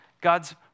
God's